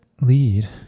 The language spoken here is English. lead